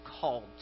called